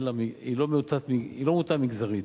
היא לא מוטה מגזרית.